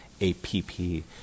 A-P-P